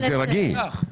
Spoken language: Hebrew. תירגעי.